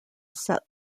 set